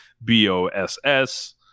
BOSS